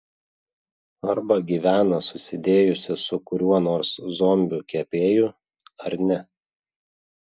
arba gyvena susidėjusi su kuriuo nors zombiu kepėju ar ne